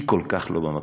היא כל כך לא במקום.